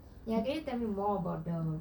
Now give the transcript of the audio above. ya can you tell me more about the